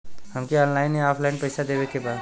हमके ऑनलाइन या ऑफलाइन पैसा देवे के बा?